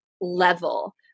level